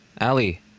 Ali